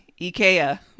Ikea